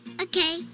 Okay